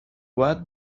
what